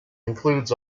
includes